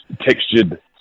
textured